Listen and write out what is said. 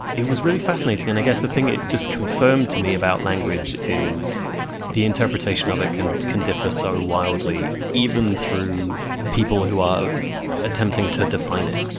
it was really fascinating, and i guess the thing it just confirmed to me about language is the interpretation of it can can differ so wildly, even through people who are attempting to define it,